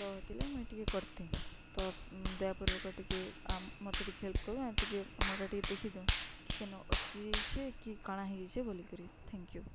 ତ ହେଥିର୍ଲାଗିଁ ମୁଇଁ ଟିକେ କରିଥିଲ ତ ଦୟାପୂର୍ବକ ଟିକେ ମତେ ଟିକେ ହେଲ୍ପ କରୁ ଆର୍ ଟିକେ ମୋରଟା ଟିକେ ଦେଖିଦଉନ୍ କି କେନ ଅଟକି ଯାଇଛେ କି କାଣା ହେଇଯାଇଛେ ବୋଲିକରି ଥାଙ୍କ୍ ୟୁ